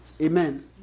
Amen